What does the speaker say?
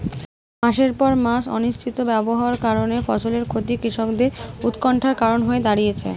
মাসের পর মাস অনিশ্চিত আবহাওয়ার কারণে ফসলের ক্ষতি কৃষকদের উৎকন্ঠার কারণ হয়ে দাঁড়িয়েছে